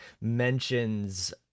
mentions